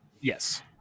Yes